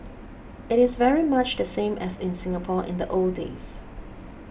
it is very much the same as in Singapore in the old days